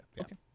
okay